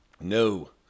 No